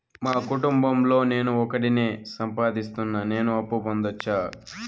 మా కుటుంబం లో నేను ఒకడినే సంపాదిస్తున్నా నేను అప్పు పొందొచ్చా